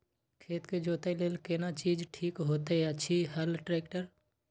खेत के जोतय लेल केना चीज ठीक होयत अछि, हल, ट्रैक्टर?